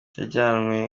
yajyanywe